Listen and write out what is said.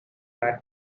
had